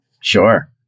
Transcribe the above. sure